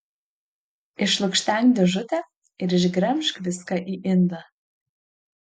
išlukštenk dėžutę ir išgremžk viską į indą